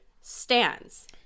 stands